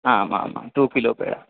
आमामाम् two kilo peda